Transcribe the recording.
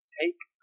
take